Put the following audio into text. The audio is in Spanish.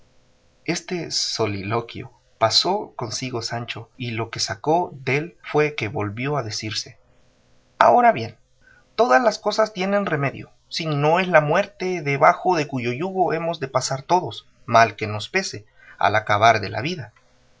este soliloquio pasó consigo sancho y lo que sacó dél fue que volvió a decirse ahora bien todas las cosas tienen remedio si no es la muerte debajo de cuyo yugo hemos de pasar todos mal que nos pese al acabar de la vida